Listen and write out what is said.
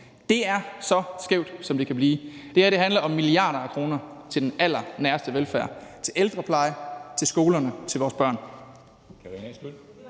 er så skævt, som det kan blive. Det her handler om milliarder af kroner til den allernæreste velfærd – til ældrepleje, til skolerne, til vores børn.